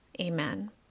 amen